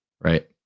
right